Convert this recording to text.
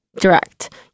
Direct